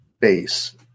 base